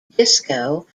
disco